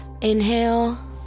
Inhale